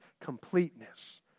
completeness